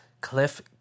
Cliff